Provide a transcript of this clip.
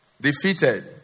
Defeated